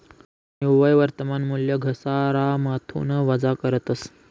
निव्वय वर्तमान मूल्य घसारामाथून वजा करतस